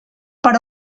per